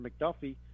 McDuffie